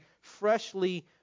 freshly